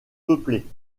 peuplée